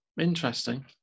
Interesting